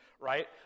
right